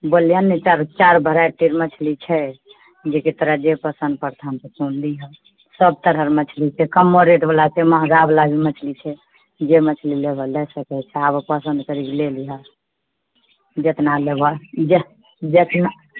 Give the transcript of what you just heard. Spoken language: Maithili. बोललिए ने चारि चारि वेराइटी कऽ मछली छै जेकि तोरा जे पसन्द पड़तौ तऽ तू लिहऽ सभ तरहक मछली छै कमो रेट बला महगा बला मछली छै जे मछली लेबऽ लए सकै छऽ आबऽ पसन्द करि कऽ ले लिहऽ जेतना लेबऽ जे जेतना